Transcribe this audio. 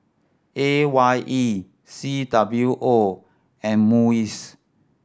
A Y E C W O and MUIS